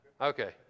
Okay